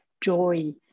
joy